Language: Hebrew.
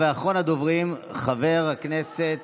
ואחרון הדוברים, חבר הכנסת